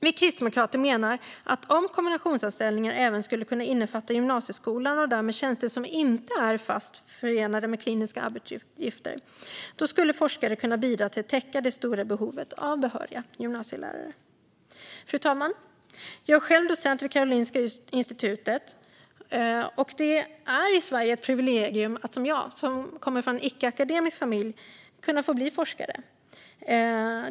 Vi kristdemokrater menar att om kombinationsanställningar även skulle kunna innefatta gymnasieskolan och därmed tjänster som inte är fast förenade med kliniska arbetsuppgifter skulle forskare kunna bidra till att täcka det stora behovet av behöriga gymnasielärare. Fru talman! Jag är själv docent vid Karolinska institutet, och det är i Sverige ett privilegium att som jag, som kommer från en icke-akademisk familj, kunna få bli forskare.